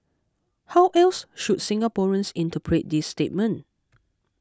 how else should Singaporeans interpret this statement